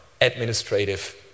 administrative